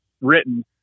written